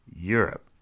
Europe